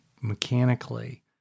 mechanically